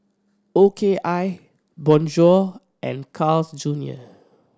O K I Bonjour and Carl's Junior